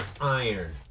iron